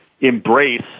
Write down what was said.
embrace